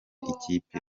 kipe